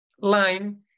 line